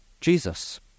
Jesus